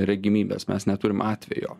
regimybės mes neturim atvejo